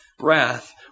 wrath